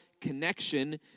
connection